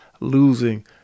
Losing